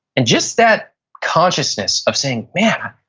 and just that consciousness of saying, man,